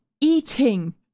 eating